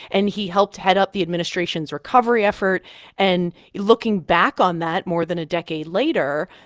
and he helped head up the administration's recovery effort and looking back on that more than a decade later,